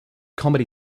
comedy